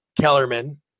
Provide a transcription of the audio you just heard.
Kellerman